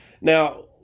Now